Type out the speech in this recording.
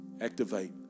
Activate